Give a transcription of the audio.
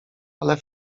ale